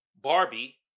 Barbie